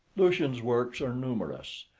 lucian's works are numerous,